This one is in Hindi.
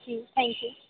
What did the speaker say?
ji thank you